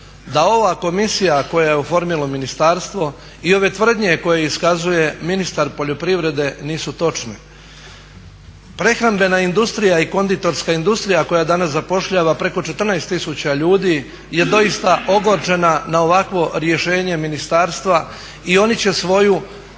da ova komisija koju je oformilo ministarstvo i ove tvrdnje koje iskazuje ministar poljoprivrede nisu točne. Prehrambena industrija i konditorska industrija koja danas zapošljava preko 14 000 ljudi je doista ogorčena na ovakvo rješenje ministarstva i oni će svoju